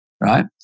Right